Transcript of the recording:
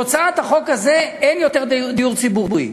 תוצאת החוק הזה, אין יותר דיור ציבורי.